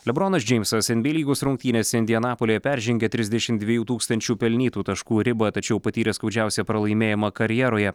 lebronas džeimsas nba lygos rungtynėse indianapolyje peržengė trisdešimt dviejų tūkstančių pelnytų taškų ribą tačiau patyrė skaudžiausią pralaimėjimą karjeroje